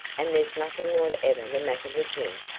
and there's nothing whatever the matter with him.